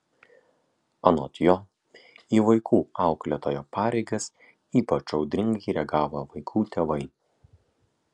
anot jo į vaikų auklėtojo pareigas ypač audringai reagavo vaikų tėvai